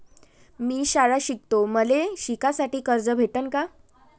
मी शाळा शिकतो, मले शिकासाठी कर्ज भेटन का?